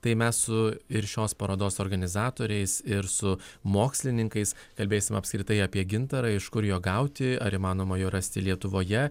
tai mes su ir šios parodos organizatoriais ir su mokslininkais kalbėsim apskritai apie gintarą iš kur jo gauti ar įmanoma jo rasti lietuvoje